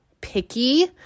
picky